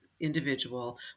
individual